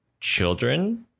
children